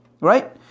Right